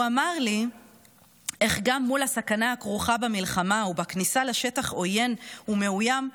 הוא אמר לי איך גם מול הסכנה הכרוכה במלחמה ובכניסה לשטח עוין ומאוים,